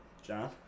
John